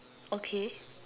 okay